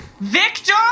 Victor